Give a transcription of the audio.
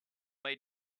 way